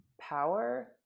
power